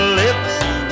living